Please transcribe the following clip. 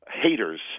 haters